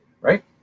right